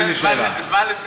אתה נותן זמן לסיפורים?